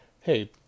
hey